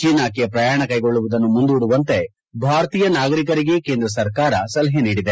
ಚೀನಾಕ್ಕೆ ಪ್ರಯಾಣ ಕೈಗೊಳ್ಳುವುದನ್ನು ಮುಂದೂಡುವಂತೆ ಭಾರತೀಯ ನಾಗರಿಕರಿಗೆ ಕೇಂದ್ರ ಸರ್ಕಾರ ಸಲಹೆ ನೀಡಿದೆ